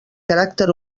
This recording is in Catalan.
caràcter